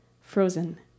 frozen